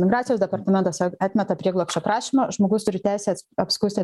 migracijos departamentas atmeta prieglobsčio prašymą žmogus turi teisę apskųsti